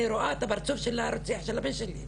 אני רואה את הפרצוף של הרוצח של הבן שלי.